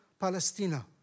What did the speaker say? Palestina